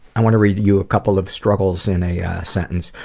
i want to read you a couple of struggles in a sentence.